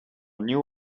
new